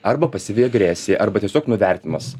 arba pasyvi agresija arba tiesiog nuvertinimas